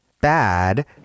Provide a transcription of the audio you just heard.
bad